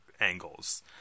angles